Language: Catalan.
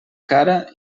cara